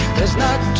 there's not